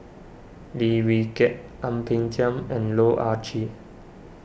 Lim Wee Kiak Ang Peng Tiam and Loh Ah Chee